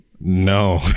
No